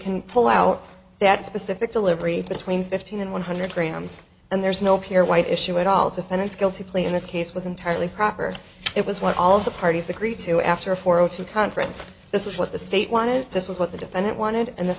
can pull out that specific delivery between fifteen and one hundred grams and there is no pure white issue at all to find its guilty plea in this case was entirely proper it was what all the parties agreed to after four o two conference this is what the state wanted this was what the defendant wanted and this